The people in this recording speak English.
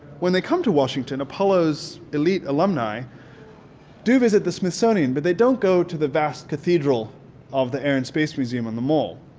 when they come to washington apollo's elite alumni do visit the smithsonian but they don't go to the vast cathedral of the air and space museum on the mall